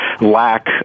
lack